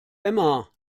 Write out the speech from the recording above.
emma